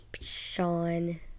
Sean